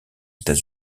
états